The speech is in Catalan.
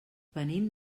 venim